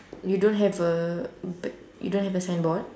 you don't have a you don't have a signboard